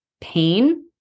pain